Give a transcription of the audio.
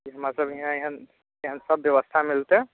हमरासब यहाँ यहाँ सब बेबस्था मिलतै